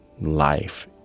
life